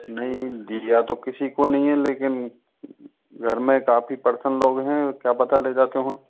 नहीं दिया तो किसी को नहीं है लेकिन घर में काफ़ी पर्सन लोग हैं क्या पता ले जाते हों